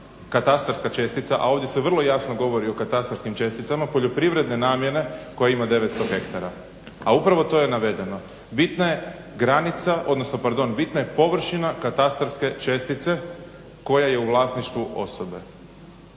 katastarska čestica, a ovdje se vrlo jasno govori o katastarskim česticama poljoprivredne namjene koja ima 900 hektara, a upravo to je navedena. Bitna je površina katastarske čestice koja je u vlasništvu osobe.